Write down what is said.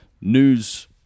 news